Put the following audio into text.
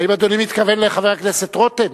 האם אדוני מתכוון לחבר הכנסת רותם?